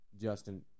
Justin